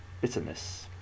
bitterness